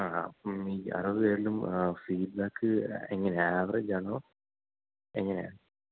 ആ അതായത് വീണ്ടും ഫീഡ്ബാക്ക് എങ്ങനെയാണ് അവറേജ് ആണോ എങ്ങനെയാണ്